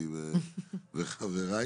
אני וחבריי.